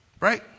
Right